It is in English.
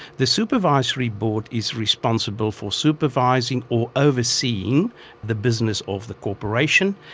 the supervisory board is responsible for supervising or overseeing the business of the corporation,